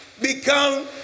become